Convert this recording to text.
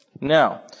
Now